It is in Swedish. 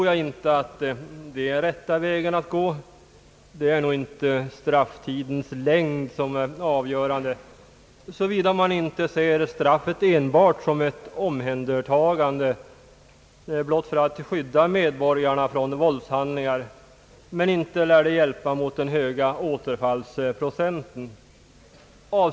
Jag tror för min del inte att det är rätta vägen — strafftidens längd är knappast det avgörande såvida man inte ser straffet enbart som ett omhändertagande i avsikt att skydda medborgarna från våldshandlingar; men inte lär förlängda strafftider hjälpa mot den höga återfallsprocenten.